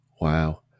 wow